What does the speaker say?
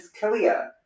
Kalia